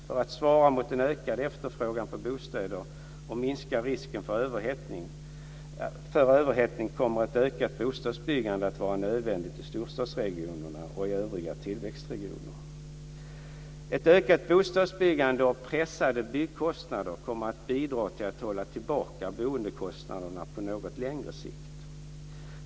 För att svara mot en ökad efterfrågan på bostäder och minska risken för överhettning kommer ett ökat bostadsbyggande att vara nödvändigt i storstadsregionerna och i övriga tillväxtregioner. Ett ökat bostadsbyggande och pressade byggkostnader kommer att bidra till att hålla tillbaka boendekostnaderna på något längre sikt.